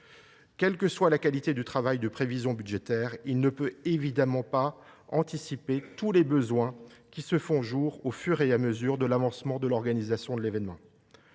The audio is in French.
Quelle que soit la qualité du travail de prévision budgétaire, celui ci ne peut évidemment pas anticiper tous les besoins qui se font jour au fur et à mesure de l’avancement de l’organisation de l’événement.